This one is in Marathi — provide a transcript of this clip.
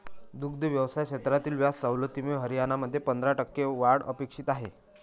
दुग्ध व्यवसाय क्षेत्रातील व्याज सवलतीमुळे हरियाणामध्ये पंधरा टक्के वाढ अपेक्षित आहे